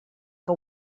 que